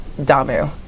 Damu